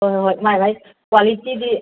ꯍꯣꯏ ꯍꯣꯏ ꯃꯥꯏ ꯃꯥꯏ ꯀ꯭ꯋꯥꯂꯤꯇꯤꯗꯤ